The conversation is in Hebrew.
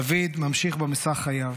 דוד ממשיך במסע חייו.